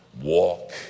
walk